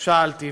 שאלתי.